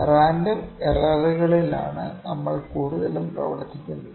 random എറർകളിലാണ് നമ്മൾ കൂടുതലും പ്രവർത്തിക്കുന്നത്